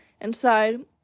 Inside